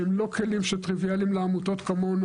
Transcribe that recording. שהם לא כלים שהם טריוויאליים לעמותות כמונו.